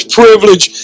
privilege